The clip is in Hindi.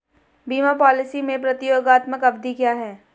बीमा पॉलिसी में प्रतियोगात्मक अवधि क्या है?